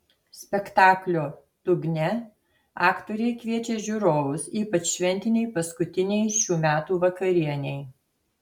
spektaklio dugne aktoriai kviečia žiūrovus ypač šventinei paskutinei šių metų vakarienei